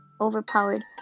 overpowered